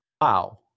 wow